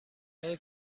های